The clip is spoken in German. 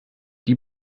die